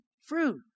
fruit